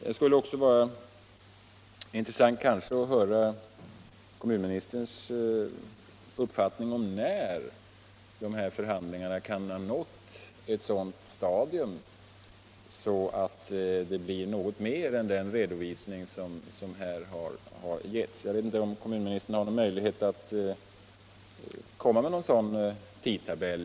Det skulle kanske också vara intressant att höra kommunministerns uppfattning om när förhandlingarna kan ha nått ett sådant stadium att man kan lägga fram något mer än den redovisning som här har getts. Jag vet inte om kommunministern har någon möjlighet att ange en sådan tidtabell.